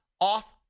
off